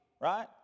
right